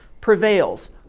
prevails